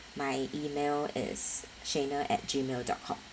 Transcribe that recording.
my email is shena at gmail dot com